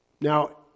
Now